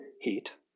heat